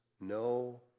no